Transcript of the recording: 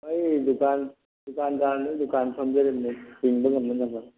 ꯑꯩ ꯗꯨꯀꯥꯟ ꯗꯨꯗꯥꯟꯗꯥꯔꯅꯤ ꯗꯨꯀꯥꯟ ꯐꯝꯖꯔꯤꯕꯅꯤ ꯍꯤꯡꯕ ꯉꯝꯅꯅꯕ